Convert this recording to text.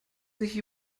sich